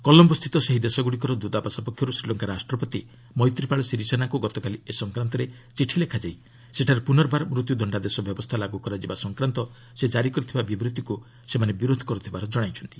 କଲମ୍ଘୋସ୍ଥିତ ସେହି ଦେଶଗୁଡ଼ିକର ଦୂତାବାସ ପକ୍ଷରୁ ଶ୍ରୀଲଙ୍କା ରାଷ୍ଟ୍ରପତି ମୈତ୍ରୀପାଳ ଶିବିସେନାଙ୍କୁ ଗତକାଲି ଏ ସଂକ୍ରାନ୍ତରେ ଚିଠି ଲେଖାଯାଇ ସେଠାରେ ପୁନର୍ବାର ମୃତ୍ୟୁ ଦଶ୍ଚାଦେଶ ବ୍ୟବସ୍ଥା ଲାଗୁ କରାଯିବା ସଂକ୍ରାନ୍ତ ସେ ଜାରି କରିଥିବା ବିବୃଭିକୁ ସେମାନେ ବିରୋଧ କରୁଥିବାର ଜଣାଇଛନ୍ତି